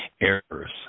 errors